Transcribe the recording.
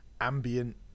ambient